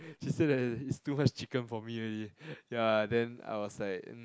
she said that it's too much chicken for me already ya then I was like